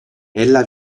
ella